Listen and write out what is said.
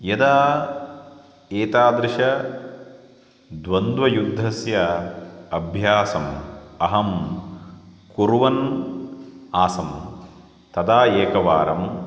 यदा एतादृशद्वन्द्वयुद्धस्य अभ्यासम् अहं कुर्वन् आसम् तदा एकवारं